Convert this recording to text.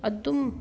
ꯑꯗꯨꯝ